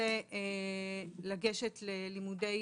רוצה לגשת ללימודי